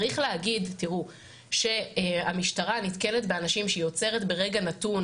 צריך להגיד שהמשטרה נתקלת באנשים שהיא עוצרת ברגע נתון.